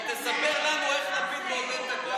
שתספר לנו איך לפיד מעודד את הכוח הנשי.